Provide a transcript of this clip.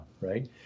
right